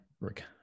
Rick